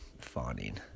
fawning